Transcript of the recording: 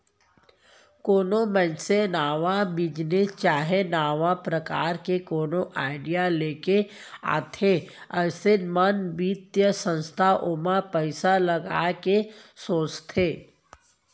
कोनो मनसे नवा बिजनेस चाहे नवा परकार के कोनो आडिया लेके आथे अइसन म बित्तीय संस्था ओमा पइसा लगाय के सोचथे